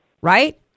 right